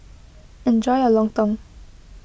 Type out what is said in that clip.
enjoy your Lontong